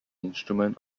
instrument